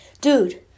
dude